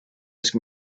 asked